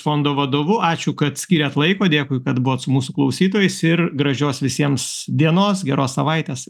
fondo vadovu ačiū kad skyrėt laiko dėkui kad buvot su mūsų klausytojais ir gražios visiems dienos geros savaitės